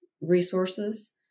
resources